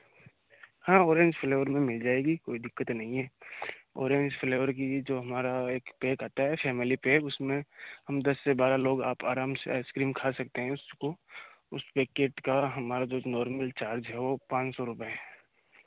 हाँ orange flavour में मिल जाएगी कोई दिक्कत नहीं है ऑरेंज फ्लेवर की जो हमारा एक पैक आता है फैमिली पैक उसमें हम दस से बारह लोग आप आराम से आइस क्रीम खा सकते हैं उसको उस पैकेट का हमारा जो नॉर्मल चार्ज है वह पाँच सौ रुपये हैं